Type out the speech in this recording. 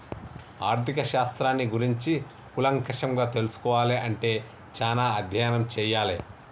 ఆర్ధిక శాస్త్రాన్ని గురించి కూలంకషంగా తెల్సుకోవాలే అంటే చానా అధ్యయనం చెయ్యాలే